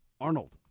Arnold